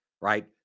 right